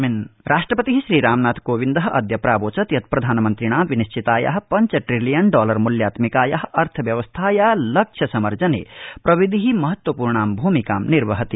राष्ट्रपति कर्णपुरम् राष्ट्रपति श्रीमरानाथकोविन्द अद्य प्रावोचत् यत् प्रधानमन्त्रिणा विनिश्चिताया पञ्च ट्रिलियन डॉलर मूल्यात्मिकाया अर्थव्यवस्थाया लक्ष्य समर्जने प्रविधि महत्वपूर्णां भूमिकां निर्वहति